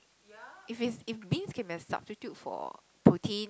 if it's if beans can be a substitute for protein